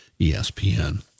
ESPN